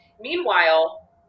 Meanwhile